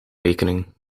rekening